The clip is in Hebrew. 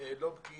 אני לא בקיא